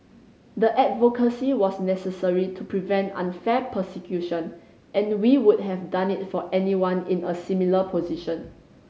the advocacy was necessary to prevent unfair persecution and we would have done it for anyone in a similar position